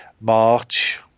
March